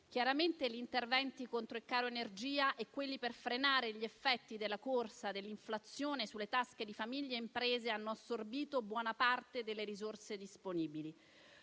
Chiaramente, gli interventi contro il caro energia e quelli per frenare gli effetti della corsa dell'inflazione sulle tasche di famiglie e imprese hanno assorbito buona parte delle risorse disponibili.